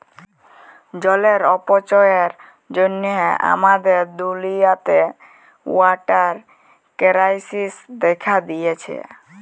জলের অপচয়ের জ্যনহে আমাদের দুলিয়াতে ওয়াটার কেরাইসিস্ দ্যাখা দিঁয়েছে